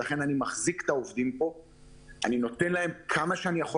ולכן אני מחזיק את העובדים פה ומעסיק אותם כמה שאני יכול.